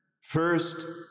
first